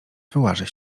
wyłażę